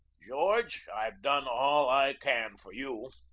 george, i've done all i can for you.